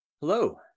Hello